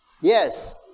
yes